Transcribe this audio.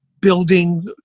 building